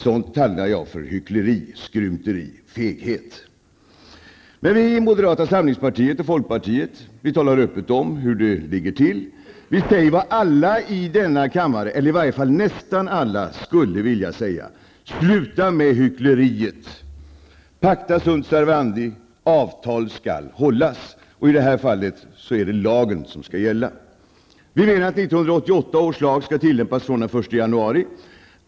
Sådant kallar jag för hyckleri, skrymteri, feghet. Men vi i moderata samlingspartiet och folkpartiet talar öppet om hur det ligger till. Vi säger vad alla i denna kammare, eller i varje fall nästan alla, skulle vilja säga: Sluta med hyckleriet! Pacta sunt servanda, avtal skall hållas -- och i det här fallet är det lagen som skall gälla. Vi menar att 1988 års lag skall tillämpas från den 1 januari.